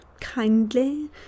kindly